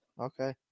okay